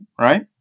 right